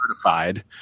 certified